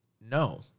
no